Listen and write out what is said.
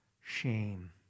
shame